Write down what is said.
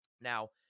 Now